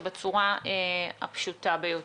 ובצורה הפשוטה ביותר.